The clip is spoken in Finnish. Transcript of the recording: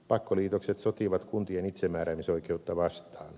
pakkoliitokset sotivat kuntien itsemääräämisoikeutta vastaan